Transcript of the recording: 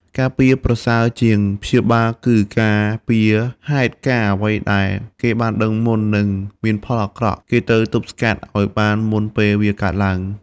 ការពារប្រសើរជាងព្យាបាលគឺការពារហេតុការណ៍អ្វីដែលគេបានដឺងមុន នឹងមានផលអាក្រក់ គេត្រូវទប់ស្កាត់អោយបានមុនពេលវាកើតឡើង។